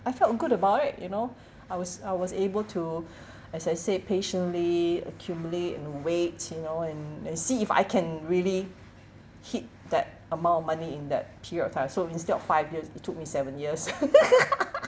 I felt good about it you know I was I was able to as I say patiently accumulate and wait you know and and see if I can really hit that amount of money in that period of time so instead of five years it took me seven years